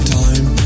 time